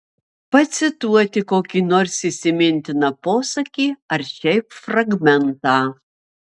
pacituoti kokį nors įsimintiną posakį ar šiaip fragmentą